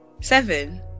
Seven